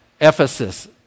Ephesus